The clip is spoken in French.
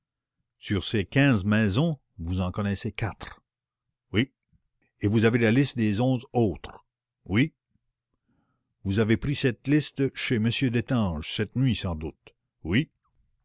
sur ces quinze maisons vous en connaissez quatre oui et vous avez la liste des onze autres oui vous avez pris cette liste chez m destange cette nuit sans doute oui